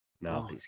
no